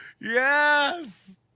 Yes